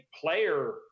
player